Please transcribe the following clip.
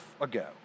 ago